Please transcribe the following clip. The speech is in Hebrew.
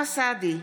אוסאמה סעדי,